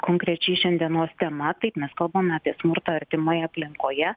konkrečiai šiandienos tema taip mes kalbame apie smurtą artimoje aplinkoje